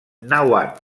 nàhuatl